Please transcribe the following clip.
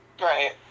Right